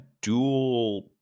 dual